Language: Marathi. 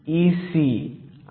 213 जास्त आहे